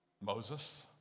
Moses